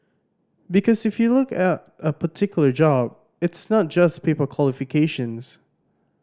because if you look at a particular job it's not just paper qualifications